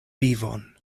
vivon